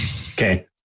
Okay